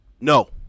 No